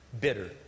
bitter